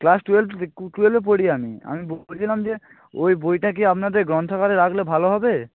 class twelve রি কু টুয়েলভে পড়ি আমি আমি বলছিলাম যে ওই বইটা কি আপনাদের গ্রন্থাগারে রাখলে ভালো হবে